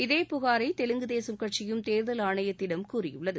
இதே புகாரை தெலுங்கு தேச கட்சியும் தேர்தல் ஆணையத்திடம் கூறியுள்ளது